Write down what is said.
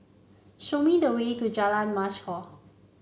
show me the way to Jalan Mashhor